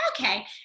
okay